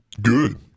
good